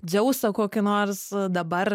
dzeusą kokį nors dabar